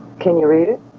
can you read it?